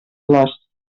flors